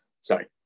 sorry